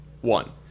one